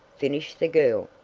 finished the girl,